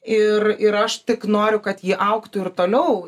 ir ir aš tik noriu kad ji augtų ir toliau